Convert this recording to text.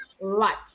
life